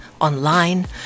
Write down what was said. online